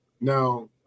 Now